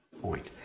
point